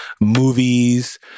movies